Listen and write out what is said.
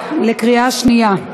בקריאה שנייה.